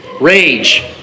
rage